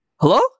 Hello